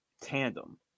tandem